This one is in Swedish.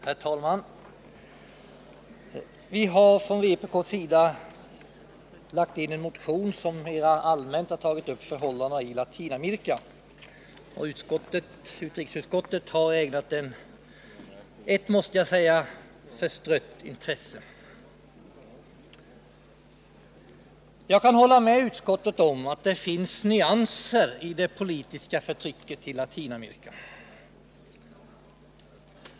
Herr talman! Vi har från vpk:s sida lämnat in en motion som mera allmänt tagit upp förhållandena i Latinamerika, och utrikesutskottet har ägnat den ett — måste jag säga — förstrött intresse. Jag kan hålla med utskottet om att det finns nyanser i det politiska förtrycket i Latinamerika.